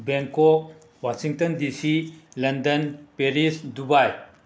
Bangkok Washington DC London Paris Dubai